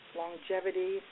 longevity